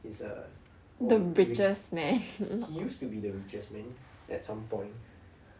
he's the he used to be the richest man at some point